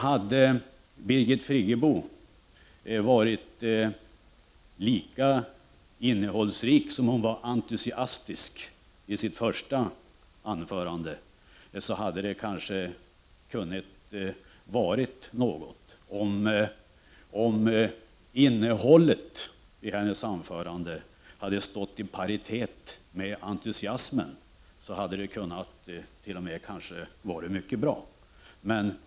Hade Birgit Friggebo varit lika innehållsrik som hon var entusiastisk i sitt första anförande, hade det kanske kunnat bli något. Om innehållet i hennes anförande alltså hade stått i paritet med hennes entusiasm, hade det t.o.m. kanske kunnat bli något mycket bra.